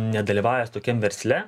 nedalyvavęs tokiam versle